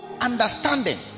understanding